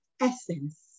essence